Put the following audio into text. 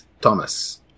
Thomas